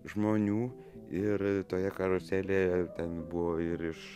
žmonių ir toje karuselėje ir ten buvo ir iš